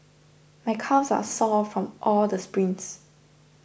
my calves are sore from all the sprints